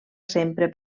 sempre